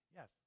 Yes